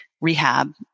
rehab